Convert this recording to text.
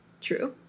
true